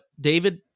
David